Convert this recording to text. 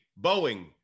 Boeing